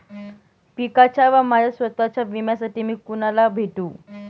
पिकाच्या व माझ्या स्वत:च्या विम्यासाठी मी कुणाला भेटू?